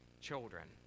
children